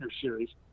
series